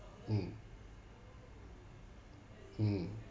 mm mm